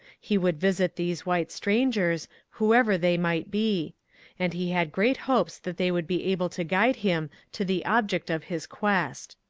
he would visit these white strangers, whoever they might be and he had great hopes that they would be able to guide him to the object of his quest.